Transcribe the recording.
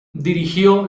dirigió